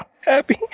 happy